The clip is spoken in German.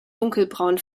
dunkelbraun